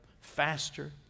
faster